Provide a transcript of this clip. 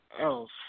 else